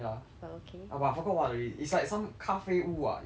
but I forgot what already it's like some 咖啡屋啊 do you do you hear before